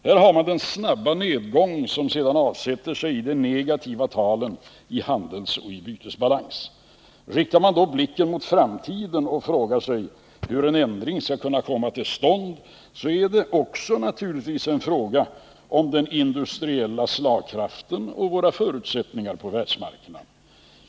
Här har man den snabba nedgång som sedan avsätter sig i de negativa talen i handelsoch bytesbalans. Riktar man då blicken mot framtiden och frågar sig hur en ändring skall kunna komma till stånd, så är det naturligtvis också en fråga om den industriella slagkraften och våra förutsättningar på världsmarknaden.